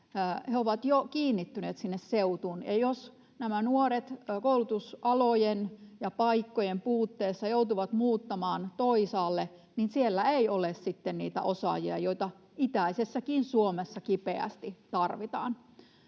He ovat jo kiinnittyneet sinne seutuun. Ja jos nämä nuoret koulutusalojen ja -paikkojen puutteessa joutuvat muuttamaan toisaalle, niin siellä ei ole sitten niitä osaajia, joita itäisessäkin Suomessa kipeästi tarvitaan.